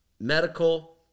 medical